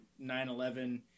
9-11